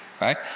right